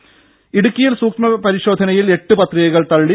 ദേദ ഇടുക്കിയിൽ സൂക്ഷ്മ പരിശോധനയിൽ എട്ട് പത്രികകൾ തള്ളി